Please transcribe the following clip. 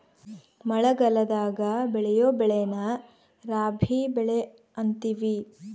ಮಳಗಲದಾಗ ಬೆಳಿಯೊ ಬೆಳೆನ ರಾಬಿ ಬೆಳೆ ಅಂತಿವಿ